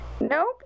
Nope